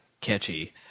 catchy